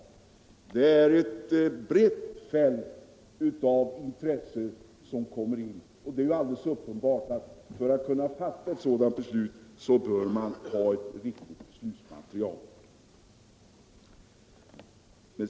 Det är ett brett fält av intressen som kommer in, och det är alldeles uppenbart att för att kunna fatta ett sådant beslut bör man ha ett riktigt beslutsmaterial.